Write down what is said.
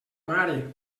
mare